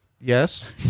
Yes